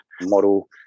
model